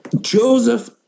Joseph